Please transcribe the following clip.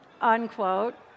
Unquote